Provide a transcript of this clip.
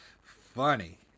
Funny